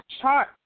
chart